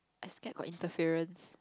I scared got interference